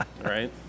right